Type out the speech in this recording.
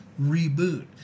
reboot